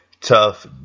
tough